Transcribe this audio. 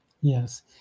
Yes